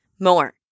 more